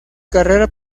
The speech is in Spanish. carrera